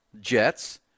Jets